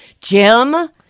Jim